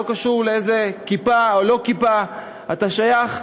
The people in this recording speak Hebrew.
לא קשור לאיזו כיפה או לא כיפה אתה שייך,